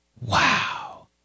Wow